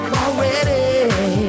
already